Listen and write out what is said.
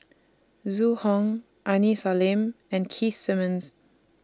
Zhu Hong Aini Salim and Keith Simmons